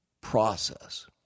process